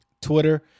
Twitter